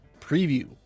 preview